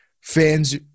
fans